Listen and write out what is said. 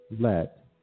let